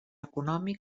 econòmic